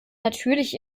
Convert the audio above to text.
natürlich